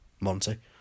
Monty